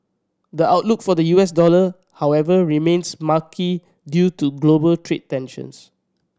the outlook for the U S dollar however remains murky due to global trade tensions